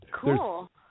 Cool